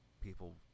people